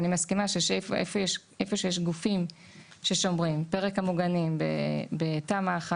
אני מסכימה שבמקומות שיש גופים ששומרים פרק המוגנים בתמ"א 1